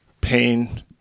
pain